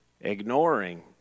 ignoring